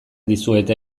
dizuete